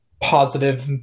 positive